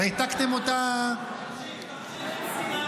העתקתם אותה --- תמשיך, תמשיך עם שנאת